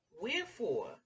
wherefore